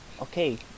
okay